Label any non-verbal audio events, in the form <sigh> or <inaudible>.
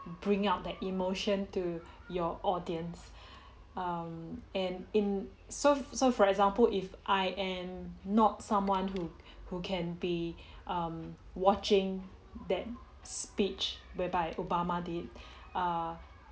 bring out the emotion to your audience <breath> um and in so so for example if I and not someone who who can be um watching that speech whereby obama did <breath> err